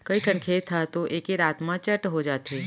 कइठन खेत ह तो एके रात म चट हो जाथे